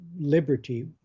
liberty